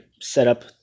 setup